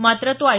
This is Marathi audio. मात्र तो आय